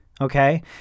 Okay